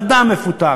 מדע מפותח,